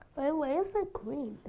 why is there green?